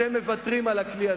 אתם מוותרים על הכלי הזה.